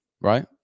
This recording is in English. Right